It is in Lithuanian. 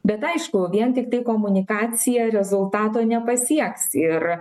bet aišku vien tiktai komunikacija rezultato nepasieks ir